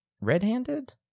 red-handed